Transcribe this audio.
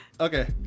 Okay